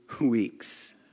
weeks